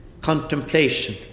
contemplation